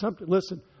Listen